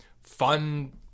fun